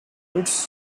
roots